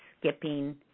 skipping